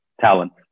talent